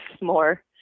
more